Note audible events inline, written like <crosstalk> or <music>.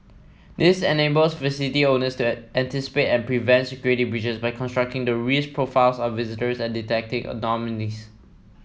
this enables facility owners to <unintelligible> anticipate and prevent security breaches by constructing the risk profiles of visitors and detecting anomalies